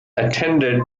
attended